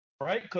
right